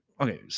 okay